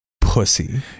pussy